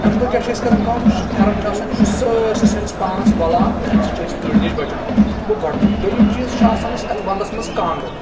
اَمہِ دوہ کیاہ چھِ أسۍ کران کٲم یُس یہِ پھیرن چھُ آسان یہِ چھُ سٲرسٕے سٲنِس پانَس وَلان تہِ اَمہِ سۭتۍ چھِ أسۍ تۭرِ نِش بَچان گوٚو گۄڈٕنیُک دٔیُم چیٖز چھُ آسان اَسہِ اَتھ وَنٛدس منٛز کانٛگٕر